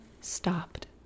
stopped